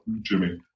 Jimmy